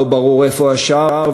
לא ברור איפה השער,